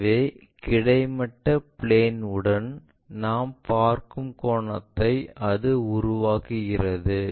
எனவே கிடைமட்ட பிளேன் உடன் நாம் பார்க்கும் கோணத்தை அது உருவாக்குகிறது